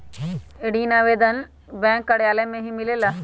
ऋण आवेदन बैंक कार्यालय मे ही मिलेला?